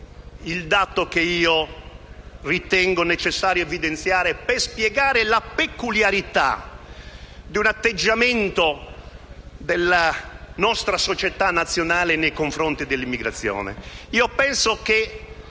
il dato che io ritengo necessario evidenziare per spiegare la peculiarità di un atteggiamento della nostra società nazionale nei confronti dell'immigrazione? Penso che